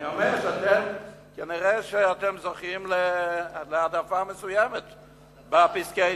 אני אומר שכנראה אתם זוכים להעדפה מסוימת בפסקי-דין.